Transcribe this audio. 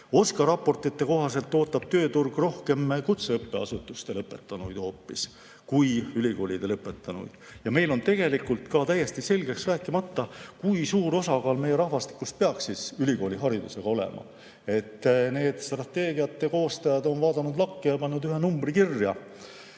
OSKA raportite kohaselt ootab tööturg rohkem kutseõppeasutuste lõpetanuid kui ülikoolide lõpetanuid. Meil on tegelikult täiesti selgeks rääkimata, kui suur osakaal meie rahvastikus peaks ülikooliharidusega olema. Strateegiate koostajad on vaadanud lakke ja pannud ühe numbri kirja.